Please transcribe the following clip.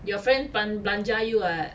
your friend blan~ blanjah you [what]